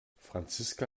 franziska